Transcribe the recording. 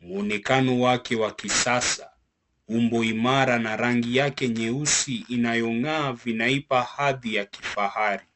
muonekano wake wa kisasa, umbo imara na rangi yake nyeusi inayong'aa vinaipa hadhi ya kifahari.